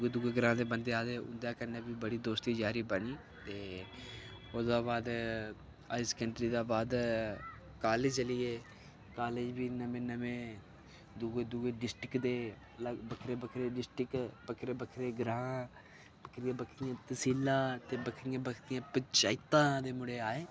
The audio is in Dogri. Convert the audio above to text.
दूए दूए ग्रांऽ दे बंदे आए दे होंदे उ'नें बी बड़ी यारी दोस्ती पाई ते ओह्दा हा बाद हई सेकेंडरी दे बाद कॉलेज चली गे कॉलेज़ बी नमें नमें दूए डिस्ट्रिक्ट दे बक्खरे बक्खरे डिस्ट्रिक्ट बक्खरे बक्खरे ग्रांऽ बक्खरी बक्खरी तसीलां ते बक्खरे बक्खरे ग्रांऽ दे जागत आए